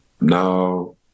no